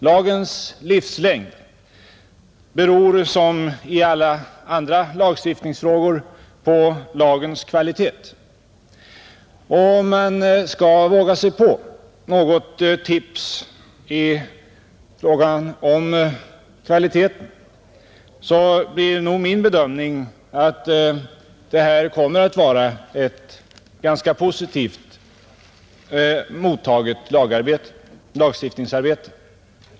Lagens livslängd beror som i alla andra lagstiftningsfrågor på lagens kvalitet. Om man skall våga sig på något tips i fråga om kvaliteten, så blir nog min bedömning att det här lagstiftningsarbetet kommer att bli ganska positivt mottaget.